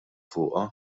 fuqha